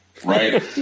Right